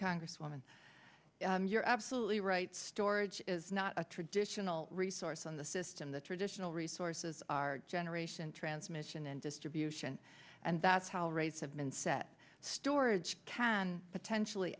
congresswoman you're absolutely right storage is not a traditional resource on the system the traditional resources are generation transmission and distribution and that's how rates have been set storage can potentially